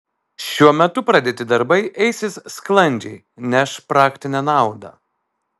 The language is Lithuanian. šiuo metu pradėti darbai eisis sklandžiai neš praktinę naudą